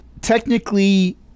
Technically